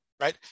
Right